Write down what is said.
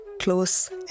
close